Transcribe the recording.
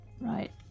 right